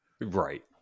Right